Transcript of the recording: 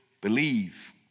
believe